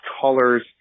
colors